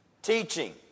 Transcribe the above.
Teaching